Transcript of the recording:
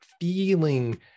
Feeling